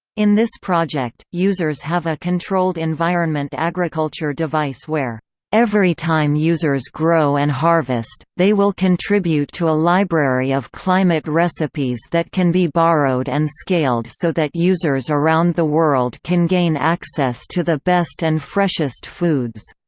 in this project, users have a controlled environment agriculture device where every time users grow and harvest, they will contribute to a library of climate recipes that can be borrowed and scaled so that users around the world can gain access to the best and freshest foods